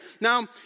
Now